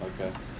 Okay